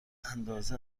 اندازه